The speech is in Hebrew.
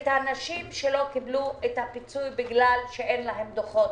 האנשים שלא קיבלו את הפיצוי בגלל שאין להם דוחות.